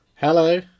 Hello